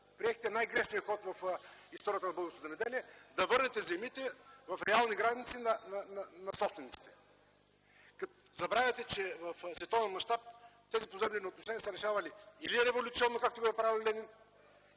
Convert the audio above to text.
приехте най-грешния ход в историята на българското земеделие – да върнете земите в реални граници на собствениците. Забравяте, че в световен мащаб тези поземлени отношения са се решавали или революционно, както го е правил Ленин,